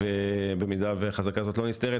במידה והחזקה הזו לא נסתרת,